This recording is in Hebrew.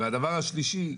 הדבר השלישי,